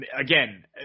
again